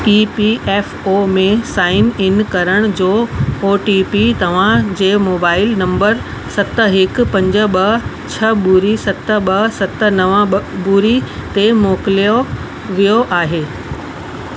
ई P F O में sign in करण जो ओ टी पी तव्हां जे मोबाइल नंबर सत हिकु पंज ॿ छ्ह ॿुड़ी सत ॿ सत नव ॿ ॿुड़ी ते मोकिलियो वियो आहे